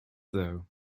though